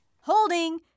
Holding